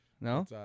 No